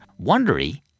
Wondery